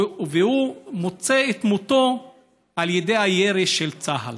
והוא מוצא את מותו על ידי הירי של צה"ל.